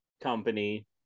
company